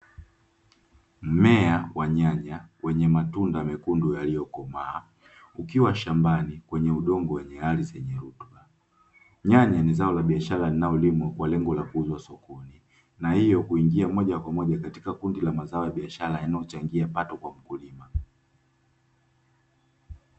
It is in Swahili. Mmea wa nyanya wenye matunda mekundu yaliyokomaa ukiwa shambani kwenye udongo wenye ardhi yenye rutuba. Nyanya ni zao la biashara linalolimwa kwa lengo la kuuzwa sokoni na hiyo kuingia moja kwa moja katika kundi la mazao ya biashara yanayochangia pato kwa mkulima.